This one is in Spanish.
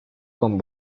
con